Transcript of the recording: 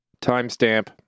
Timestamp